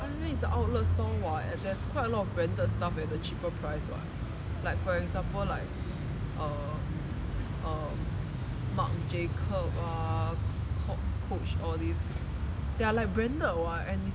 I_M_M is an outlet store [what] and there's quite a lot of branded stuff at a cheaper price [what] like for example like um marc jacobs ah coach all these they are branded [what] and is